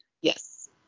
Yes